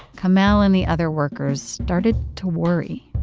kemal and the other workers started to worry.